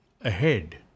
ahead